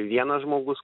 vienas žmogus